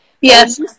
Yes